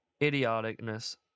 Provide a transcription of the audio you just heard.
idioticness